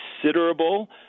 considerable